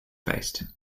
based